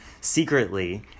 secretly